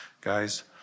Guys